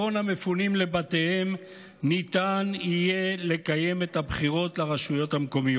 המפונים לבתיהם ניתן יהיה לקיים את הבחירות לרשויות המקומיות.